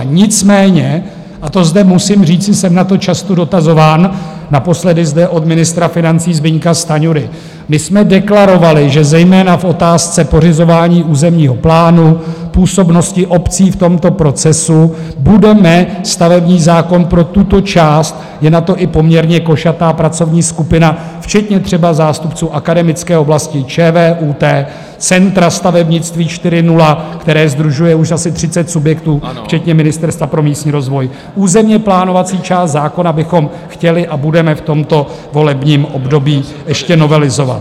Nicméně a to zde musím říci, jsem na to často dotazován, naposledy zde od ministra financí Zbyňka Stanjury my jsme deklarovali, že zejména v otázce pořizování územního plánu, působnosti obcí v tomto procesu budeme stavební zákon pro tuto část je na to i poměrně košatá pracovní skupina, včetně třeba zástupců akademické oblasti, ČVUT, centra Stavebnictví 4.0, které sdružuje už asi třicet subjektů, včetně Ministerstva pro místní rozvoj územněplánovací část zákona bychom chtěli a budeme v tomto volebním období ještě novelizovat.